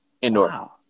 indoor